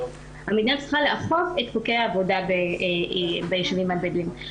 המדינה צריכה לאכוף את חוקי העבודה בישובים הבדואיים.